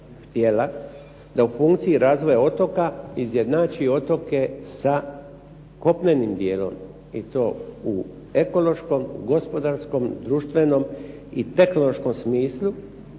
da u funkciji razvoja otoka izjednači otoke sa kopnenim dijelom i to u ekološkom, gospodarskom, društvenom i tehnološkom smislu,